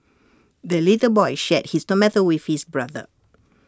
the little boy shared his tomato with his brother